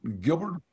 Gilbert